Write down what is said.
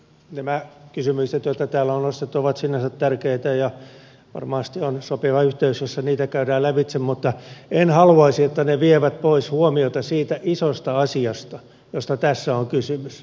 nämä kysymykset joita täällä on nostettu ovat sinänsä tärkeitä ja varmasti on sopiva yhteys jossa niitä käydään lävitse mutta en haluaisi että ne vievät pois huomiota siitä isosta asiasta josta tässä on kysymys